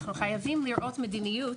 אנחנו חייבים לראות מדיניות,